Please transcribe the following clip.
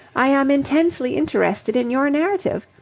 i am intensely interested in your narrative.